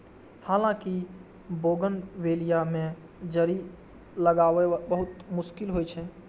हालांकि बोगनवेलिया मे जड़ि लागब बहुत मुश्किल होइ छै